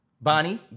Bonnie